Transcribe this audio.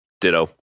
Ditto